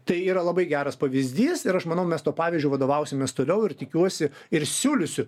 tai yra labai geras pavyzdys ir aš manau mes tuo pavyzdžiu vadovausimės toliau ir tikiuosi ir siūlysiu